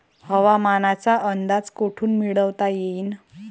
हवामानाचा अंदाज कोठून मिळवता येईन?